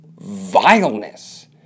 vileness